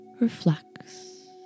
reflects